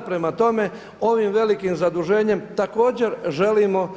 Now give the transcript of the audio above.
Prema tome, ovim velikim zaduženjem također želimo